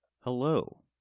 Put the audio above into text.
Hello